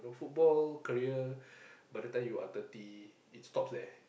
football career by the time you are thirty it stops there